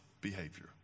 behavior